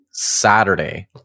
Saturday